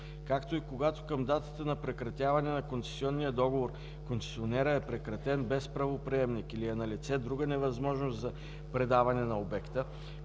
както и когато към датата на прекратяване на концесионния договор концесионерът е прекратен без правоприемник или е налице друга невъзможност за предаване на обекта,